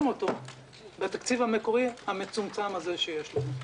אותו בתקציב המקורי המצומצם הזה שיש לנו.